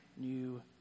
new